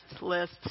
list